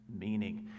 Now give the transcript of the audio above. meaning